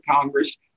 Congress